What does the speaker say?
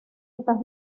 estas